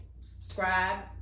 subscribe